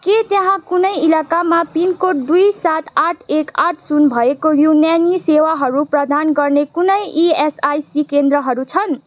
के त्यहाँ कुनै इलाकामा पिनकोड दुई सात आठ एक आठ शून्य भएको र युनानी सेवाहरू प्रदान गर्ने कुनै इएसआसी केन्द्रहरू छन्